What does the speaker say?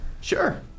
sure